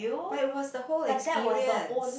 but it was the whole experience